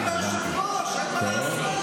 אדוני היושב-ראש, אין מה לעשות.